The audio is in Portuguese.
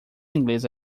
inglês